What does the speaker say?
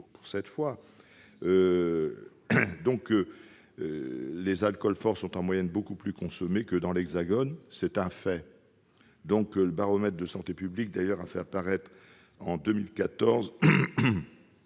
pour cette fois. Les alcools forts sont en moyenne beaucoup plus consommés que dans l'Hexagone, c'est un fait. Le baromètre de Santé publique France a d'ailleurs fait apparaître, en 2014,